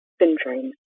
syndrome